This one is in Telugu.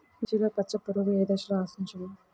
మిర్చిలో పచ్చ పురుగు ఏ దశలో ఆశించును?